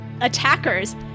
attackers